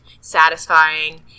satisfying